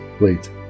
wait